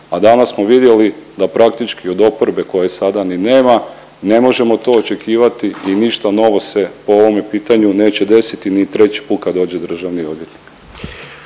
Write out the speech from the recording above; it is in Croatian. a danas smo vidjeli da praktički od oporbe, koje sada ni nema, ne možemo to očekivati i ništa novo se po ovome pitanju neće desiti ni treći put kad dođe državni odvjetnik.